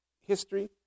history